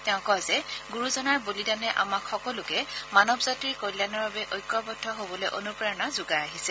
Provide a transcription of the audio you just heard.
তেওঁ কয় যে গুৰুজনাৰ বলিদানে আমাক সকলোকে মানৱ জাতিৰ কল্যাণৰ বাবে ঐক্যবদ্ধ হবলৈ অনুপ্ৰেৰণা যোগাই আহিছে